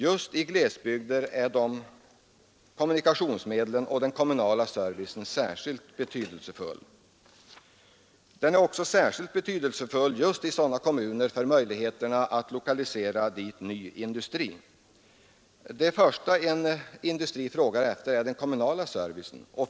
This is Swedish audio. Just i glesbygden är de allmänna kommunikationsmedlen och den kommunala servicen särskilt betydelsefulla. Den kommunala servicen är i sådana kommuner också mycket väsentlig för möjligheterna att lokalisera ny industri. Det första en industri frågar efter är den kommunala servicen.